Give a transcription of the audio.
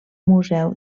museu